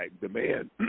demand